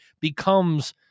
becomes